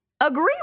agree